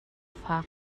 fak